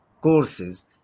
courses